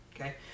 okay